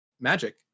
magic